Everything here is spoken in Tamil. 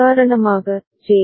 உதாரணமாக ஜே